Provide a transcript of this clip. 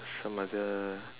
some other